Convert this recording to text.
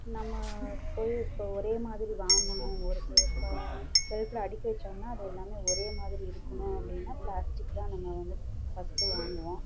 நம்ம போய் இப்போது ஒரே மாதிரி வாங்குனோம் ஒரு இப்போ செல்ஃபில் அடுக்கி வச்சோன்னா அது எல்லாம் ஒரே மாதிரி இருக்கணும் அப்படின்னா பிளாஸ்டிக் தான் நம்ம வந்து ஃபஸ்ட்டு வாங்குவோம்